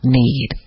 need